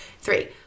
Three